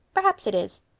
perhaps it is.